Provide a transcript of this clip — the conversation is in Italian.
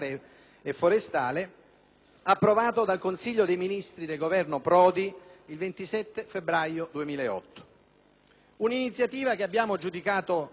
approvato dal Consiglio dei ministri del Governo Prodi il 27 febbraio 2008. Un'iniziativa che abbiamo giudicato certamente opportuna,